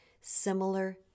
similar